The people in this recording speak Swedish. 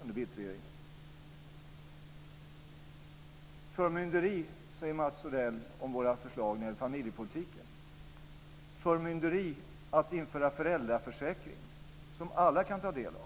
under Bildtregeringen. Förmynderi, säger Mats Odell om våra förslag när det gäller familjepolitiken. Det är förmynderi att införa föräldraförsäkring som alla kan ta del av.